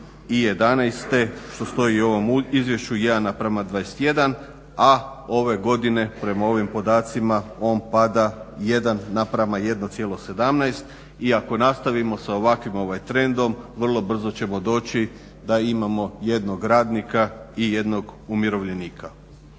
2011. što stoji i u ovom izvješću 1:21, a ove godine prema ovim podacima on pada 1:1,17. I ako nastavimo sa ovakvim trendom vrlo brzo ćemo doći da imamo jednog radnika i jednog umirovljenika.